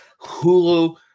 Hulu